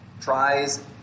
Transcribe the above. tries